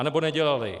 Nebo nedělali.